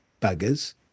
buggers